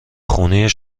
خونی